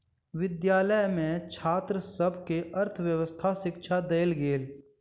विद्यालय में छात्र सभ के अर्थव्यवस्थाक शिक्षा देल गेल